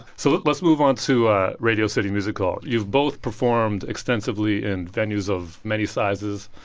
so let's move on to ah radio city music hall. you've both performed extensively in venues of many sizes.